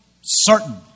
certain